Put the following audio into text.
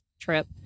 trip